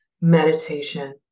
meditation